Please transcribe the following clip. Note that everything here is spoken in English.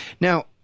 Now